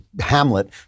Hamlet